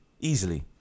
easily